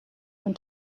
when